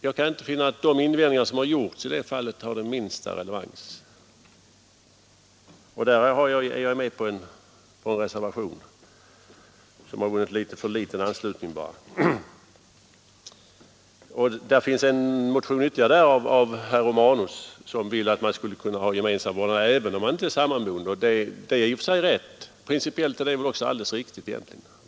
Jag kan inte finna att de invändningar som har gjorts i det fallet har den minsta relevans, och jag är här med på en reservation som bara har vunnit litet för liten anslutning. Det föreligger också en motion av herr Romanus, som vill att föräldrarna skall kunna ha gemensam vårdnad även om de inte är sammanboende. Principiellt är det väl också egentligen alldeles riktigt.